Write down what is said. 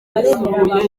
ayisumbuye